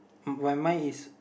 while mine is